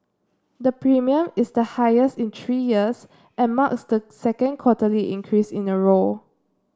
the premium is the highest in three years and marks the second quarterly increase in a row